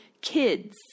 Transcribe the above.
kids